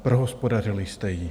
Prohospodařili jste ji.